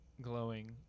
glowing